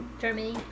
germany